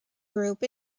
group